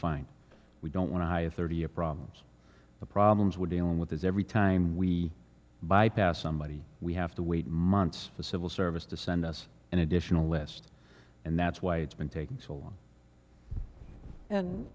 find we don't want to high a thirty year problems the problems we're dealing with is every time we bypass somebody we have to wait months the civil service to send us an additional list and that's why it's been taking so long and